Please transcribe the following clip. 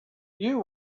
you